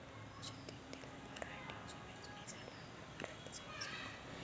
शेतातील पराटीची वेचनी झाल्यावर पराटीचं वजन कस कराव?